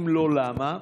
אם לא, למה?